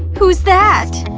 who's that?